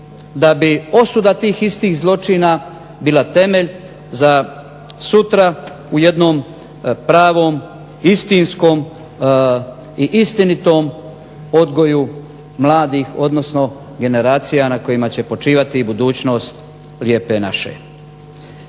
da bi osuda tih istih zločina bila temelj za sutra u jednom pravom, istinskom i istinitom odgoju mladih odnosno generacija na kojima će počivati budućnost Lijepe naše.